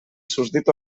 susdit